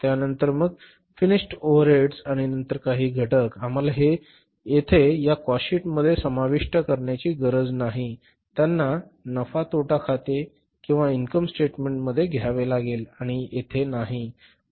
त्यानंतर मग finished overheads आणि इतर काही घटक आम्हाला हे येथे या कॉस्टशीटमध्ये समाविष्ट करण्याची गरज नाही त्यांना नफा तोटा खाते किंवा इन्कम स्टेटमेंट मध्ये घ्यावे लागेल आणि येथे नाही